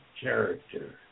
character